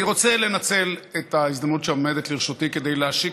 אני רוצה לנצל את ההזדמנות שעומדת לרשותי כדי להשיק